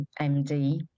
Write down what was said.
MD